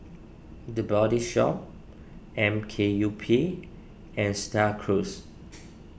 the Body Shop M K U P and Star Cruise